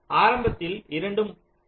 ஆரம்பத்தில் இரண்டும் 1 1